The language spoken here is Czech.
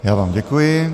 Já vám děkuji.